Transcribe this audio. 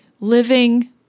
living